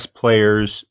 players